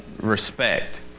respect